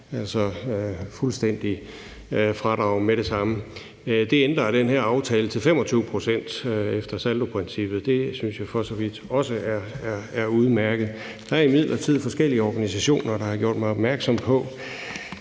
altså fuldstændigt fradrag med det samme. Det ændrer den her aftale til 25 pct. efter saldoprincippet. Det synes jeg for så vidt også er udmærket. Der er imidlertid forskellige organisationer, der har gjort mig opmærksom på,